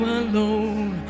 alone